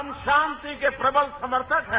हम शांति के प्रबल समर्थक हैं